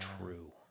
true